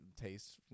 taste